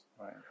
Right